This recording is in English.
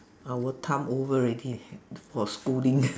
our time over already for schooling